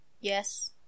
Yes